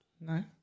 No